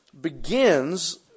begins